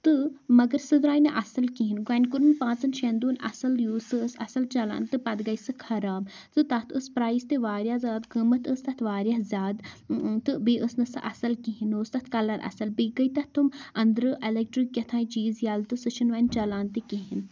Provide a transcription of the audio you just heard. تہٕ مگر سُہ درٛاے نہٕ اَصٕل کِہیٖنۍ گۄڈٕ کوٚر نہٕ پانٛژَن شٮ۪ن دۄہَن اَصٕل یوٗز سُہ ٲس اَصٕل چَلان تہٕ پَتہٕ گٔے سُہ خَراب تہٕ تَتھ ٲس پرٛایز تہِ وارِیاہ زیادٕ قۭمَتھ ٲس تَتھ وارِیاہ زیادٕ تہٕ بیٚیہِ ٲس نہٕ سُہ اَصٕل کِہیٖنۍ نہٕ اوس تَتھ کَلَر اَصٕل بیٚیہِ گٔے تَتھ تم اَندرٕ اٮ۪لٮ۪کٹِرٛک کہتانۍ چیٖز یَلہٕ تہٕ سُہ چھُنہٕ وۄنۍ چَلان تہِ کِہیٖنۍ